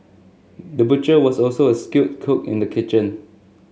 the butcher was also a skilled cook in the kitchen